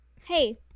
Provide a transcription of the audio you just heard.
hey